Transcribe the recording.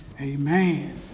Amen